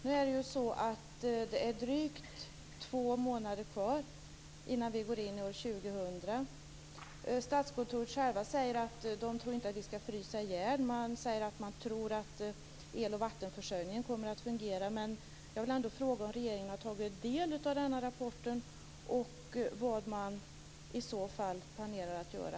Nu är det drygt två månader kvar innan vi går in i år 2000. Från Statskontoret säger man att man inte tror att någon ska frysa ihjäl och att man tror att eloch vattenförsörjningen kommer att fungera. Jag vill ändå fråga om regeringen har tagit del av rapporten och vad man i så fall planerar att göra.